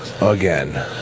Again